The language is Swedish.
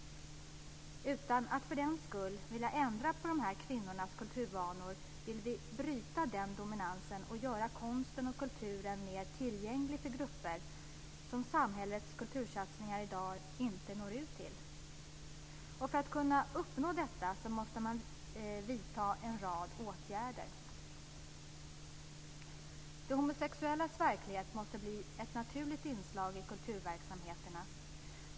Utan att för den skull vilja ändra på dessa kvinnors kulturvanor vill vi bryta den dominansen och göra konsten och kulturen mer tillgänglig för grupper som samhällets kultursatsningar i dag inte når ut till. För att kunna uppnå detta måste man vidta en rad åtgärder. De homosexuellas verklighet måste bli ett naturligt inslag i kulturverksamheterna.